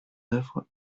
œuvre